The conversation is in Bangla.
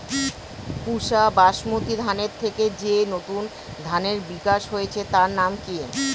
পুসা বাসমতি ধানের থেকে যে নতুন ধানের বিকাশ হয়েছে তার নাম কি?